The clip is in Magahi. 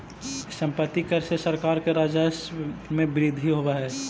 सम्पत्ति कर से सरकार के राजस्व में वृद्धि होवऽ हई